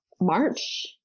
March